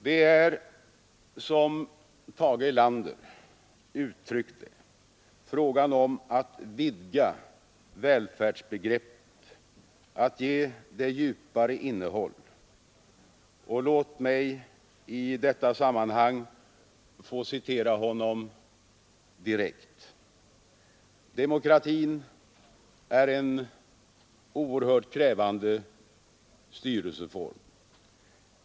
Det är som Tage Erlander uttryckt det fråga om att vidga välfärdsbegreppet, att ge det djupare innehåll. Låt mig i det sammanhanget få citera honom direkt: ”Demokratin är en oerhört krävande styrelseform.